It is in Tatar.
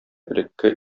элекке